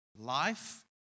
life